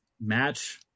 Match